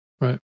Right